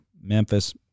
Memphis